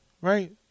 right